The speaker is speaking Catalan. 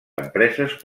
empreses